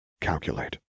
Calculate